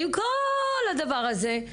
עם כל הדבר הזה,